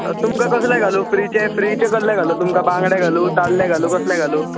तुमका कसले घालूं फ्रीचे कसले घालूं ताल्ले घालूं बांगडे घालूं कसले घालूं